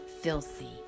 filthy